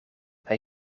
hij